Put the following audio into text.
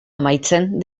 amaitzen